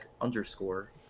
underscore